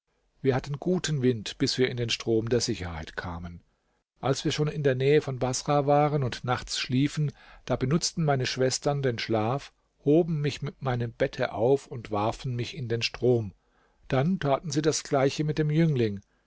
wir hatten guten wind bis wir in den strom der sicherheit kamen als wir schon in der nähe von baßrah waren und nachts schliefen da benutzten meine schwestern den schlaf hoben mich mit meinen bette auf und warfen mich in den strom dann taten sie das gleiche mit dem jüngling